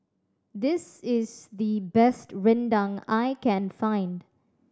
this is the best rendang I can find